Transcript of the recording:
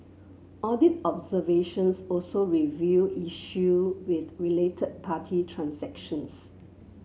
audit observations also revealed issue with related party transactions